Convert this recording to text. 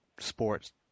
sports